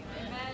Amen